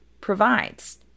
provides